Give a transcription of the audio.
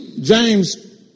James